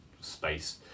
space